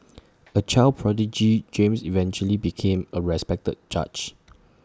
A child prodigy James eventually became A respected judge